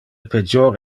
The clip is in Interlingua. pejor